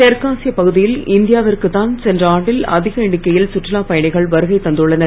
தெற்காசிய பகுதியில் இந்தியாவிற்கு தான் சென்ற ஆண்டில் அதிக எண்ணிக்கையில் சுற்றுலா பயணிகள் வருகை தந்துள்ளனர்